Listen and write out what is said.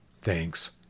Thanks